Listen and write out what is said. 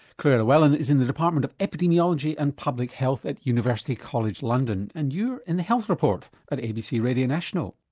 clare llewellyn is in the department of epidemiology and public health at university college london. and you're in the health report at abc radio national.